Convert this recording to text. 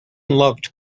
loved